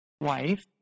wife